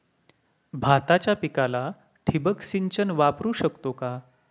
भाताच्या पिकाला ठिबक सिंचन वापरू शकतो का?